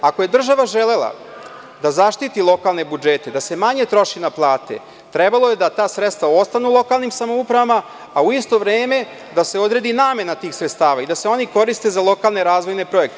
Ako je država želela da zaštiti lokalne budžete da se manje troši na plate trebalo je da ta sredstva ostanu lokalnim samoupravama, a u isto vreme da se odredi namena tih sredstava i da se oni koriste za lokalne razvojne projekte.